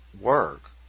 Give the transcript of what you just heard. work